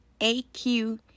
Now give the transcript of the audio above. AQ